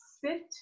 sit